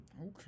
Okay